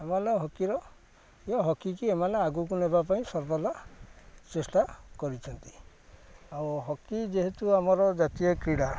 ଏମାନେ ହକିର ହକିକୁ ଏମାନେ ଆଗକୁ ନେବା ପାଇଁ ସର୍ବଦା ଚେଷ୍ଟା କରିଛନ୍ତି ଆଉ ହକି ଯେହେତୁ ଆମର ଜାତୀୟ କ୍ରୀଡ଼ା